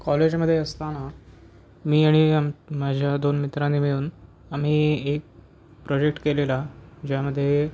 कॉलेजमध्ये असताना मी आणि अम माझ्या दोन मित्रांनी मिळून आम्ही एक प्रोजेक्ट केलेला ज्यामध्ये